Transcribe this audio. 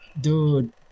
dude